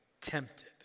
tempted